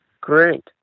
great